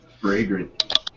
Fragrant